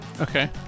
okay